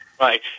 Right